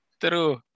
true